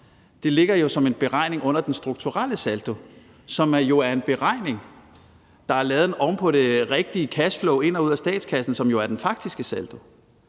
om, ligger jo som en beregning under den strukturelle saldo, som er en beregning, der er lavet oven på det rigtige cash flow ind og ud af statskassen, som er den faktiske saldo.